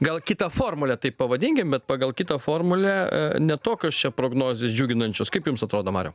gal kitą formulę taip pavadinkim bet pagal kitą formulę ne tokios čia prognozės džiuginančios kaip jums atrodo mariau